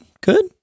good